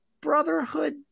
brotherhood